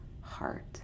heart